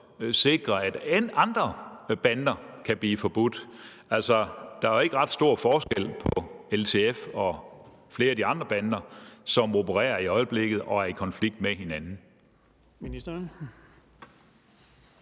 sikre, at andre kan blive forbudt? Der er jo ikke ret stor forskel på LTF og flere af de andre bander, som opererer i øjeblikket, og som er i konflikt med hinanden.